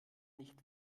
nicht